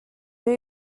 new